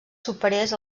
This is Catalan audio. superés